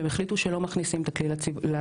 והם החליטו שלא מכניסים את הכלי לשימוש,